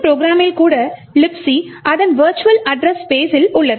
இந்த திட்டத்தில் கூட Libc அதன் விர்ச்சுவல் அட்ரஸ் ஸ்பெஸில் உள்ளது